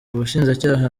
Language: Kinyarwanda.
ubushinjacyaha